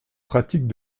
pratiques